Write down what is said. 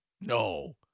No